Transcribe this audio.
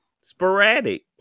sporadic